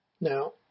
Now